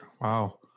wow